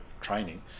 training